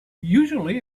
usually